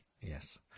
yes